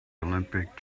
olympic